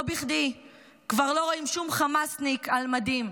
לא בכדי כבר לא רואים שום חמאסניק על מדים,